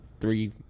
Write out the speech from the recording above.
three